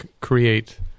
create